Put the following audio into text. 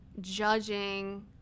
judging